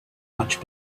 much